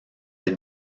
est